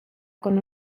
con